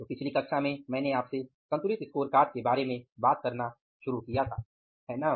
तो पिछली कक्षा में मैंने आपसे संतुलित स्कोरकार्ड के बारे में बात करना शुरू किया था है ना